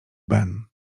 ben